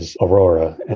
Aurora